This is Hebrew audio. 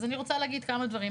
אז אני רוצה להגיד כמה דברים.